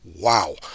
wow